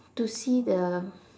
to see the